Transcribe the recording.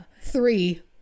three